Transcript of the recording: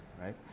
right